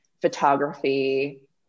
photography